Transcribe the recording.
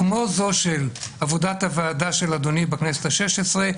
כמו זו של עבודת הוועדה של אדוני בכנסת ה-16,